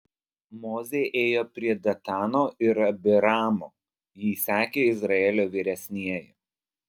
mozė ėjo prie datano ir abiramo jį sekė izraelio vyresnieji